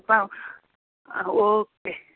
okay